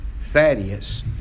Thaddeus